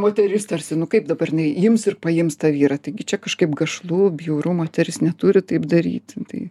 moteris tarsi nu kaip dabar jinai ims ir paims tą vyrą taigi čia kažkaip gašlu bjauru moteris neturi taip daryti tai